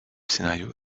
scénario